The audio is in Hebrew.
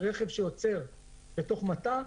רכב שעוצר בתוך מטע,